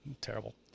Terrible